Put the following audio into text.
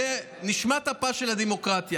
זו נשמת אפה של הדמוקרטיה.